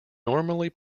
normally